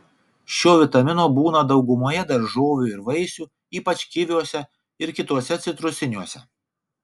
šio vitamino būna daugumoje daržovių ir vaisių ypač kiviuose ir kituose citrusiniuose